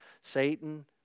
Satan